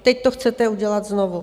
Teď to chcete udělat znovu.